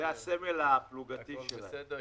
זה הסמל הפלוגתי שלהם.